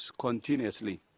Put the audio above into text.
continuously